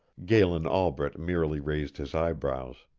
galen albret merely raised his eyebrows.